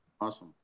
Awesome